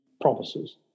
promises